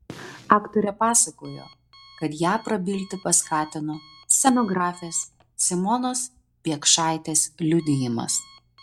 aktorė pasakojo kad ją prabilti paskatino scenografės simonos biekšaitės liudijimas